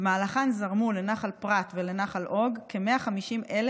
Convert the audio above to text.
ובמהלכן זרמו לנחל פרת ולנחל אוג כ-150,000